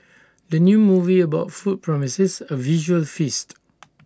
the new movie about food promises A visual feast